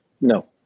No